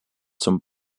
zum